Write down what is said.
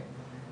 כן.